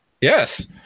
Yes